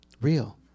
real